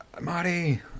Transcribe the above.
Marty